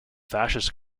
fascist